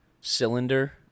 cylinder